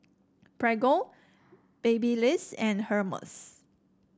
Prego Babyliss and Hermes